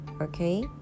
okay